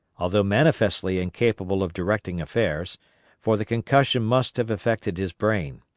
although manifestly incapable of directing affairs for the concussion must have affected his brain.